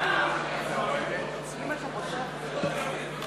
סיעת העבודה להביע אי-אמון בממשלה לא נתקבלה.